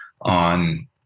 on